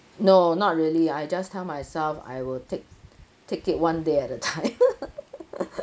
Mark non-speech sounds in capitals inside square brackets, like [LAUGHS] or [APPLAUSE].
no not really I just tell myself I will take take it one day at a time [LAUGHS]